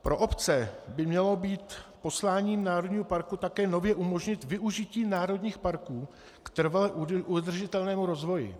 Pro obce by mělo být posláním národního parku také nově umožnit využití národních parků k trvale udržitelnému rozvoji.